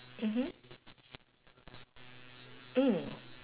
mmhmm mm